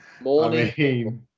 Morning